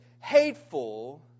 hateful